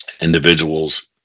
individuals